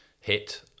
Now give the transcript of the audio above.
hit